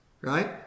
right